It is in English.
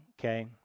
okay